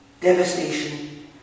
devastation